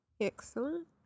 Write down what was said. Excellent